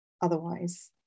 otherwise